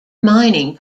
mining